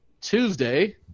Tuesday